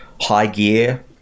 high-gear